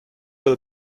will